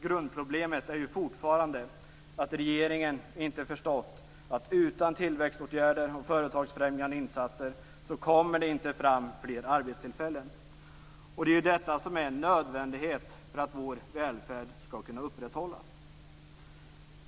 Grundproblemet är fortfarande att regeringen inte förstått att det utan tillväxtåtgärder och företagsfrämjande insatser inte kommer fram fler arbetstillfällen. Det är detta som är en nödvändighet för att vår välfärd skall kunna upprätthållas.